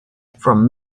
from